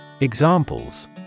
Examples